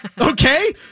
Okay